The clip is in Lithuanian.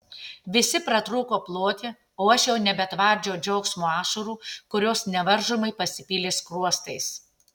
visi pratrūko ploti o aš jau nebetvardžiau džiaugsmo ašarų kurios nevaržomai pasipylė skruostais